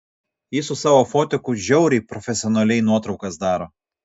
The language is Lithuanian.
jis su savo fotiku žiauriai profesionaliai nuotraukas daro